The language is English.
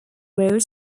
road